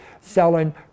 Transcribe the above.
selling